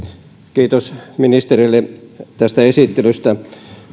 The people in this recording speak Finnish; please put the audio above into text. kiitos ministerille tästä esittelystä